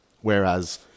whereas